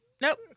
Nope